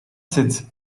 sitz